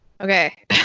Okay